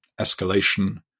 escalation